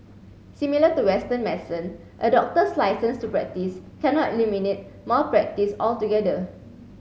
similar to Western medicine a doctor's licence to practise cannot eliminate malpractice altogether